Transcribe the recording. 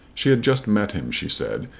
she had just met him, she said,